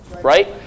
right